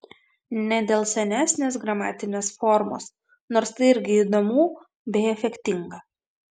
ne dėl senesnės gramatinės formos nors tai irgi įdomu bei efektinga